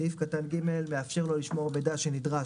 סעיף קטן (ג) לאפשר לו לשמור מידע שנדרש